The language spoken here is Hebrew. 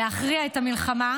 להכריע את המלחמה,